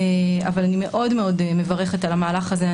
אבל אני מאוד מאוד מברכת על המהלך הזה.